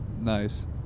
nice